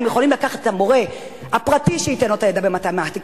הם יכולים לקחת את המורה הפרטי שייתן לו את הידע במתמטיקה.